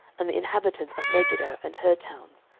and the inhabitants of megiddo and her towns,